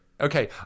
Okay